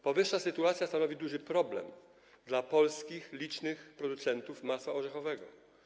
Powyższa sytuacja stanowi duży problem dla polskich licznych producentów masła orzechowego.